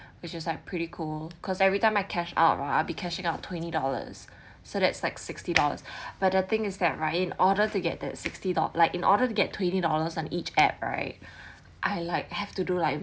which is like pretty cool cause every time I cash out ah be cashing out twenty dollars so that's like sixty dollars but the thing is that right in order to get that sixty do~ like in order to get twenty dollars on each app right I like have to do like